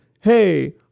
Hey